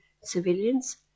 civilians